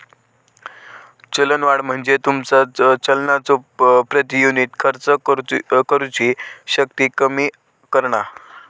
चलनवाढ म्हणजे तुमचा चलनाचो प्रति युनिट खर्च करुची शक्ती कमी करणा